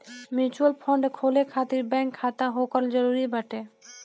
mutual fund खोले खातिर bank खाता होखल जरुरी बाटे